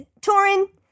Torin